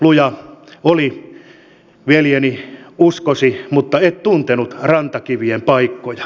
luja oli veljeni uskosi mutta et tuntenut rantakivien paikkoja